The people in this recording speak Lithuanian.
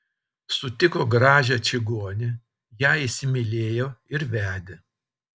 sutiko gražią čigonę ją įsimylėjo ir vedė